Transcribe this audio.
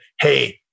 Hey